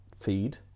feed